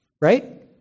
right